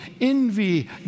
envy